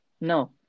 No